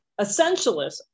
Essentialism